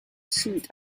suit